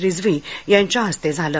रिझवी यांच्या हस्ते झाले